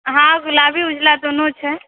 हँ गुलाबी उजला दुनू छै